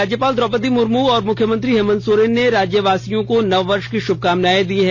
राज्यपाल द्रौपदी मुर्मू और मुख्यमंत्री हेमंत सोरेन ने राज्य वासियों को नववर्ष की शुभकामनाएं दी हैं